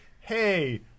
hey